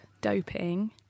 doping